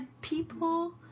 people